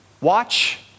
Watch